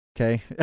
Okay